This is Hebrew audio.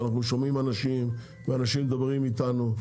אנחנו שומעים אנשים ואנשים מדברים איתנו,